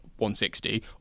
160